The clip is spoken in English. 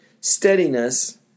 steadiness